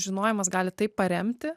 žinojimas gali taip paremti